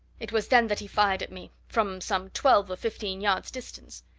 it was then that he fired at me from some twelve or fifteen yards' distance.